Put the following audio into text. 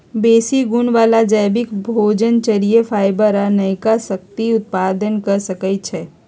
बेशी गुण बला जैबिक भोजन, चरि, फाइबर आ नयका शक्ति उत्पादन क सकै छइ